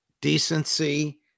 decency